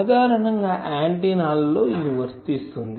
సాధారణ ఆంటిన్నా లో ఇది వర్తిస్తుంది